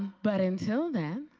but until then,